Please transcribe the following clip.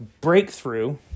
breakthrough